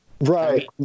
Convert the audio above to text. Right